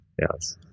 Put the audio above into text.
Yes